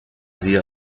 sie